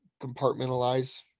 compartmentalize